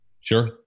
Sure